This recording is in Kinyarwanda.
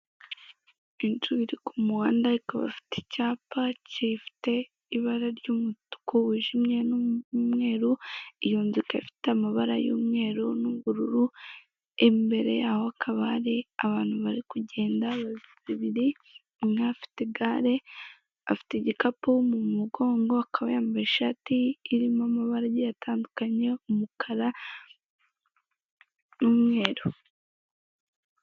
Inzu iri ku muhanda ariko bafite icyapa gifite ibara ry'umutuku wijimye n'umweru, iyo nzu ikaba ifite amabara y'umweru n'ubururu, imbere yaho hakaba hari abantu bari kugenda babiri, umwe afite igare afite igikapu mu mugongo akaba yambaye ishati irimo amabara agiye atandukanye, umukara n'umweru.